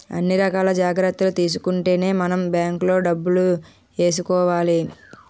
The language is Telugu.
అన్ని రకాల జాగ్రత్తలు తీసుకుంటేనే మనం బాంకులో డబ్బులు ఏసుకోవాలి